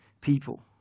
people